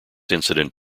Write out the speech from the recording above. incident